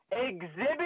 Exhibit